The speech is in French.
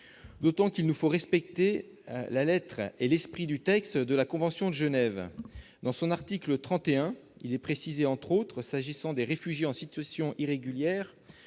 vrai qu'il nous faut respecter la lettre et l'esprit du texte de la convention de Genève. À son article 31, il est précisé s'agissant des réfugiés en situation irrégulière